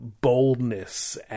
boldness